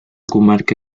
comarca